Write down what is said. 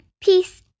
peace